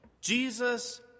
Jesus